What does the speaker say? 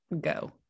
go